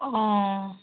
অঁ